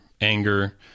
anger